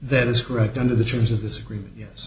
that is correct under the terms of this agreement yes